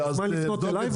יכולת לפנות אלי.